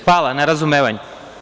Hvala na razumevanju.